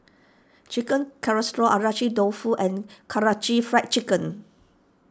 Chicken Casserole Agedashi Dofu and Karaage Fried Chicken